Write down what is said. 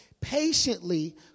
Patiently